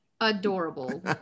adorable